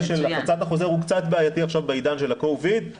של הפצת החוזר הוא קצת בעייתי עכשיו בעידן של ה-covid.